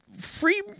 free